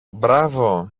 μπράβο